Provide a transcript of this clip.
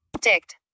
Ticked